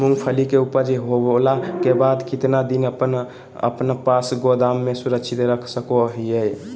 मूंगफली के ऊपज होला के बाद कितना दिन अपना पास गोदाम में सुरक्षित रख सको हीयय?